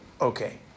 Okay